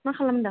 मा खालामदों